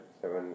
seven